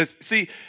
See